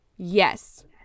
Yes